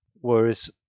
Whereas